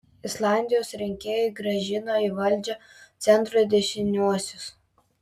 islandijos rinkėjai grąžino į valdžią centro dešiniuosius